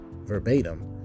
verbatim